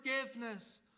forgiveness